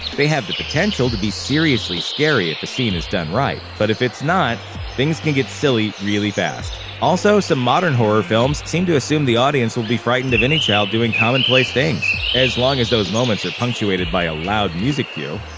they have the potential to be seriously scary if a scene is done right, but if it's not things can get silly real fast. also some modern horror films seem to assume the audience will be frightened of any child doing commonplace things, as long as those moments are punctuated with a loud music cue.